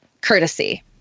courtesy